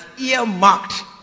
earmarked